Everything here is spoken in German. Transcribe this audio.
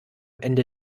ende